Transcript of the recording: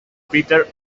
peter